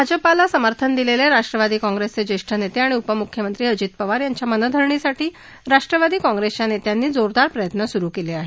भाजपाला समर्थन दिलेले राष्ट्वादी काँप्रेसचे ज्येष्ठ नेते आणि उपमृख्यमंत्री अजित पवार यांच्या मनधरणीसाठी राष्ट्वादी काँप्रेसच्या नेत्यांनी जोरदार प्रयत्न सुरू केले आहेत